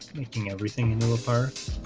making everything new apart.